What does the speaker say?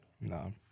No